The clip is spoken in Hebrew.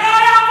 זה לא יעבור.